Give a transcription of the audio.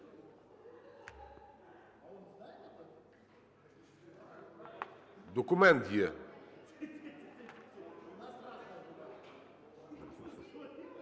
Документ є.